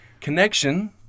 connection